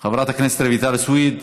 חברת הכנסת רויטל סויד,